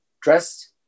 dressed